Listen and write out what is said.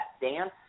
dance